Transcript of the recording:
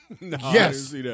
Yes